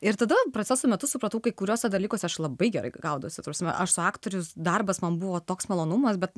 ir tada proceso metu supratau kai kuriuose dalykuose aš labai gerai gaudosi ta prasme aš su aktorius darbas man buvo toks malonumas bet